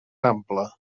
ample